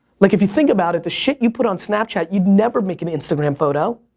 like if you think about it, the shit you put on snapchat, you'd never make an instagram photo,